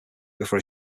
before